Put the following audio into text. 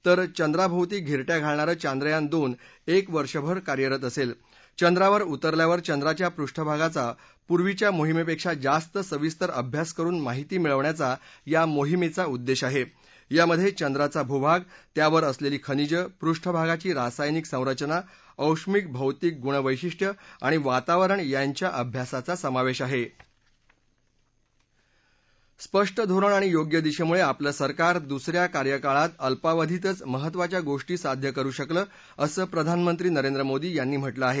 तर चंद्राभोवती धिर ्विंग घालणारं चांद्रयान दोन एक वर्षभर कार्यरत असत्ती चंद्रावर उतरल्यावर चंद्राच्या पृष्ठभागाचा पूर्वीच्या मोहिमद्रात जास्त सविस्तर अभ्यास करून माहिती मिळवण्याचा या मोहिमध्त उद्दृष्टीआह आमध्यविद्राचा भूभाग त्यावर असलही खनिजं पृष्ठभागाची रासायनिक संरचना औष्मिक भौतिक गुणवश्रिष्ट्य आणि वातावरण यांच्या अभ्यासाचा समावश्रीआहश् स्पष्ट धोरण आणि योग्य दिशेमुळे आपलं सरकार दुस या कार्यकाळात अल्पावधीतच महत्त्वाच्या गोष्टी साध्य करु शकलं असं प्रधानमंत्री नरेंद्र मोदी यांनी म्हटलं आहे